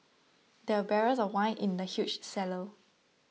there were barrels of wine in the huge cellar